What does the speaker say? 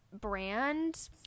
brand